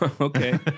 okay